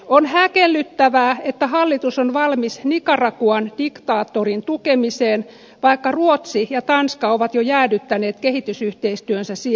on häkellyttävää että hallitus on valmis nicaraguan diktaattorin tukemiseen vaikka ruotsi ja tanska ovat jo jäädyttäneet kehitysyhteistyönsä siellä